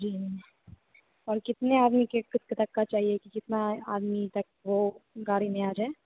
जी और कितने आदमी के क तक का चाहिए कि कितना आदमी तक वो गाड़ी में आ जाए